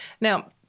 Now